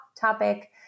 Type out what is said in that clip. topic